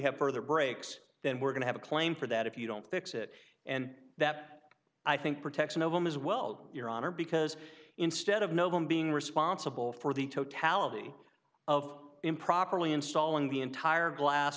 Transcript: have further breaks then we're going to have a claim for that if you don't fix it and that i think protection of them is well your honor because instead of no one being responsible for the totality of improperly installing the entire glass